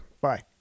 Bye